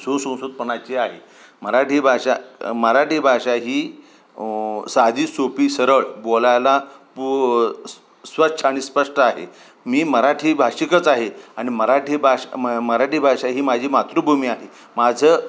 सुसंस्कृतपणाची आहे मराठी भाषा मराठी भाषा ही साधी सोपी सरळ बोलायला पू स्वच्छ आणि स्पष्ट आहे मी मराठी भाषिकच आहे आणि मराठी भाष मराठी भाषा ही माझी मातृभूमी आहे माझं